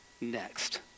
next